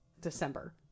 December